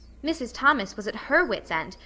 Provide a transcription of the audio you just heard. mrs. thomas was at her wits' end,